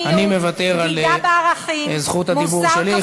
אני מוותר על זכות הדיבור שלי.